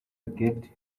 gift